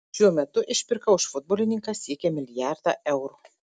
šiuo metu išpirka už futbolininką siekia milijardą eurų